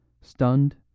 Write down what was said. stunned